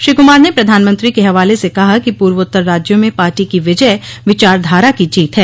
श्री कुमार ने प्रधानमंत्री के हवाले से कहा कि पूर्वोत्तर राज्यों में पार्टी की विजय विचारधारा की जीत है